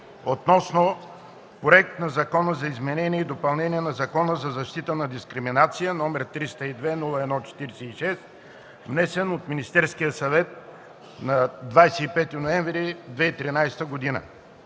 относно Законопроект за изменение и допълнение на Закона за защита от дискриминация, № 302-01-46, внесен от Министерския съвет на 25 ноември 2013 г.